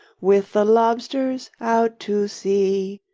with the lobsters, out to sea!